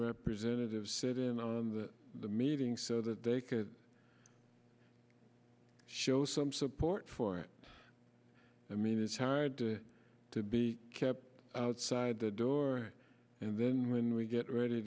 representatives sit in on the meeting so that they could show some support for it i mean it's hard to be kept outside the door and then when we get ready